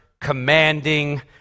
commanding